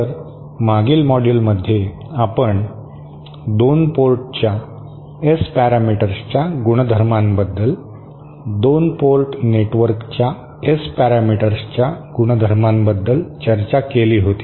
तर मागील मॉड्यूलमध्ये आपण 2 पोर्टच्या एस पॅरामीटर्सच्या गुणधर्मांबद्दल 2 पोर्ट नेटवर्कच्या एस पॅरामीटर्सच्या गुणधर्मांबद्दल चर्चा केली होती